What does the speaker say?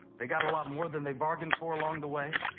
they got a lot more than they bargained for along the way.